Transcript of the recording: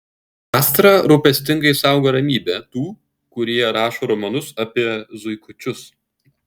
astra rūpestingai saugo ramybę tų kurie rašo romanus apie zuikučius